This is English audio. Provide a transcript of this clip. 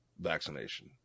vaccination